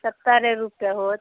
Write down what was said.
सत्तरिए रुपैआ हैत